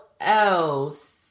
else